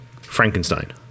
Frankenstein